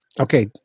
Okay